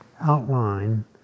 outline